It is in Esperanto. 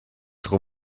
tro